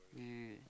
is it